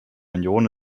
union